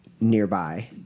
nearby